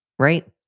right.